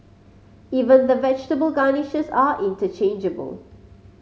even the vegetable garnishes are interchangeable